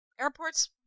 airports